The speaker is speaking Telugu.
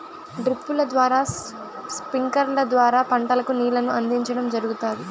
డ్రిప్పుల ద్వారా స్ప్రింక్లర్ల ద్వారా పంటలకు నీళ్ళను అందించడం జరుగుతాది